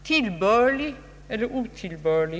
otillbörlig eller tillbörlig